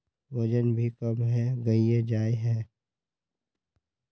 वजन भी कम है गहिये जाय है?